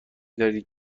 داری